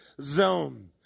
zone